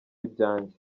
ibyanjye